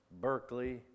Berkeley